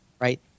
right